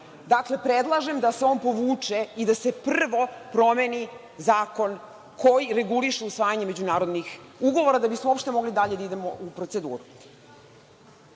Dakle, predlažem da se on povuče i da se prvo promeni zakon koji reguliše usvajanje međunarodnih ugovora, da bismo uopšte mogli dalje da idemo u proceduru. Politički